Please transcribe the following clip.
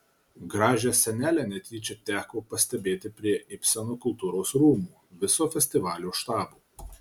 gražią scenelę netyčia teko pastebėti prie ibseno kultūros rūmų viso festivalio štabo